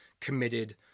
committed